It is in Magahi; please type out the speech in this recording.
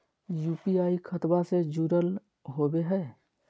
यू.पी.आई खतबा से जुरल होवे हय?